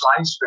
lifespan